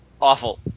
awful